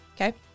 okay